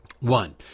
One